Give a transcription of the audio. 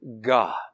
God